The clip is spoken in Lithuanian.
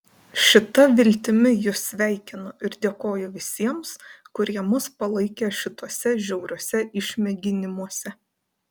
šita viltimi jus sveikinu ir dėkoju visiems kurie mus palaikė šituose žiauriuose išmėginimuose